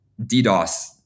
DDoS